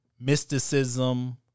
mysticism